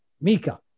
Mika